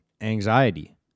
anxiety